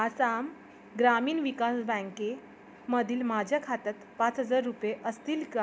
आसाम ग्रामीण विकास बँकेमधील माझ्या खात्यात पाच हजार रुपये असतील का